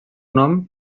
nom